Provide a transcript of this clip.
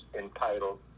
entitled